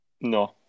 No